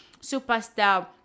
superstar